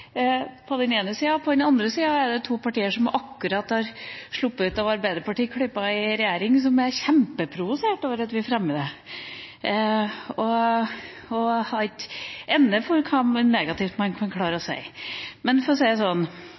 På den andre siden er det to partier som akkurat har sluppet ut av arbeiderpartiklypa i regjering som er kjempeprovosert over at vi fremmer dette forslaget, og det er ikke ende på hva negativt man kan klare å si. For å si det sånn: